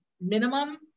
minimum